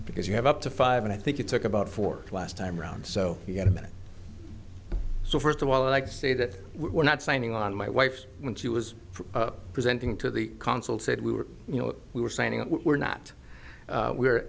because you have up to five and i think it took about four last time around so you get a minute so first of all i'd like to say that we're not signing on my wife when she was presenting to the consul said we were you know we were signing up we're not we're